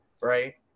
right